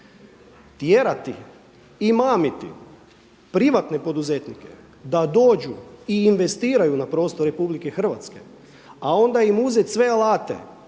Tjerati i mamiti privatne poduzetnike da dođu i investiraju na prostoru RH, a onda im uzeti sve alate